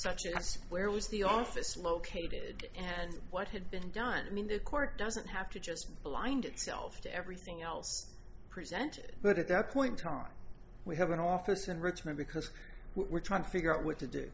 such as where was the office located and what had been done i mean the court doesn't have to just blind itself to everything else present but at that point time we have an office in richmond because we're trying to figure out what to do